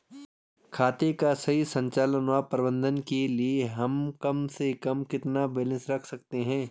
खाते का सही संचालन व प्रबंधन के लिए हम कम से कम कितना बैलेंस रख सकते हैं?